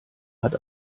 hat